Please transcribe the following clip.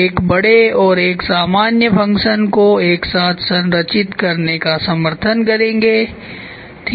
वे एक बड़े और एक सामान्य फ़ंक्शन को एक साथ संरचित करने का समर्थन करेंगे ठीक हैं